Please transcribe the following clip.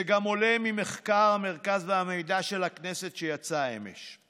זה עולה גם ממחקר המרכז והמידע של הכנסת שיצא אמש.